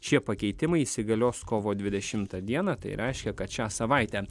šie pakeitimai įsigalios kovo dvidešimtą dieną tai reiškia kad šią savaitę